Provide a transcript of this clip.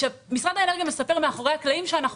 משרד האנרגיה מספר מאחורי הקלעים שאנחנו